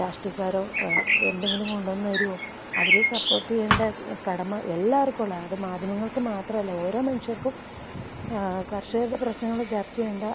രാഷ്ട്രീയക്കാരോ എന്തെങ്കിലും കൊണ്ടുവന്നുതരുമോ അവരെ സപ്പോർട്ട് ചെയ്യേണ്ട കടമ എല്ലാവർക്കുമുള്ളതാണ് അത് മാധ്യമങ്ങൾക്ക് മാത്രമല്ല ഓരോ മനുഷ്യർക്കും കർഷകരുടെ പ്രശ്നങ്ങള് ചർച്ച ചെയ്യേണ്ട